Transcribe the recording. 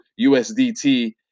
USDT